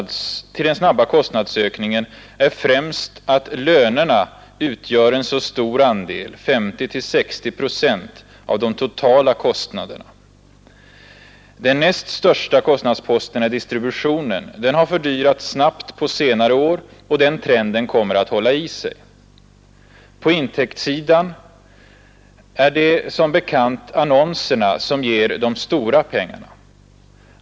Den snabba kostnadsökningen beror främst på att lönerna utgör en så stor andel — 50—60 procent — av de totala kostnaderna. Den näst största kostnadsposten är distributionen. Den har fördyrats snabbt på senare år, och den trenden kommer att hålla i sig. På intäktsidan är det som bekant annonserna som ger de stora pengarna.